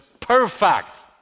Perfect